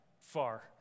far